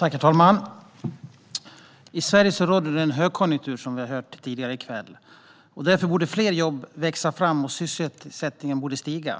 Herr talman! I Sverige råder det högkonjunktur, vilket vi har hört tidigare i kväll. Därför borde fler jobb växa fram, och sysselsättningen borde stiga.